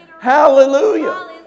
Hallelujah